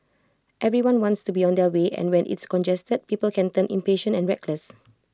everyone wants to be on their way and when it's congested people can turn impatient and reckless